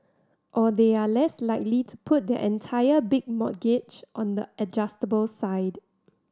or they are less likely to put their entire big mortgage on the adjustable side